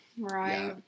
Right